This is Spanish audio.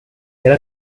era